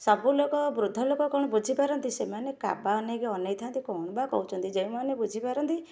ସବୁଲୋକ ବୃଦ୍ଧ ଲୋକ କ'ଣ ବୁଝିପାରନ୍ତି ସେମାନେ କାବା ଅନେଇକି ଅନେଇ ଥାନ୍ତି କ'ଣ ବା କହୁଛନ୍ତି ଯେଉଁମାନେ ବୁଝି ପାରନ୍ତି